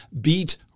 beat